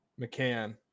McCann